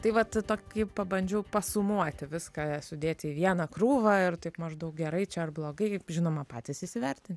tai vat tokį pabandžiau pasumuoti viską sudėti į vieną krūvą ir taip maždaug gerai čia ar blogai žinoma patys įsivertinsit